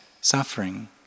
suffering